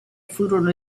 furono